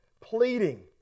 pleading